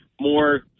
more